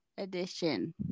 edition